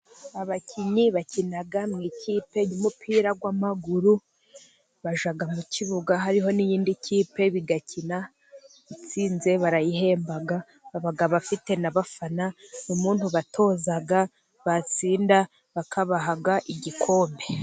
Abakinnyi bakina mu ikipe y'umupira w'amaguru, bajya mu kibuga hariho n'iyindi kipe bigakina, itsinze barayihemba, baba bafite n'abafana, n'umuntu ubatoza, batsinda bakabahagigikombe.